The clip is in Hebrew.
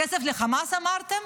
כסף לחמאס אמרתם?